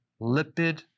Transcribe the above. lipid